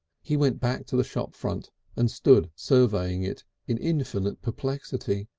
he went back to the shop front and stood surveying it in infinite perplexity.